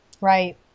Right